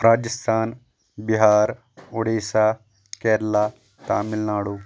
Rajasthan Bihar Odisha Kerala Tamil Nadu